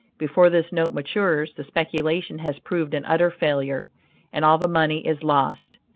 before this note matures the speculation has proved an utter failure and all the money is lost.